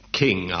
king